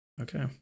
Okay